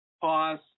Pause